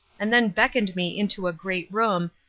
and then beckoned me into a great room,